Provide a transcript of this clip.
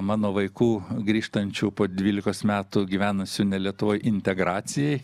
mano vaikų grįžtančių po dvylikos metų gyvenusių ne lietuvoj integracijai